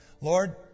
Lord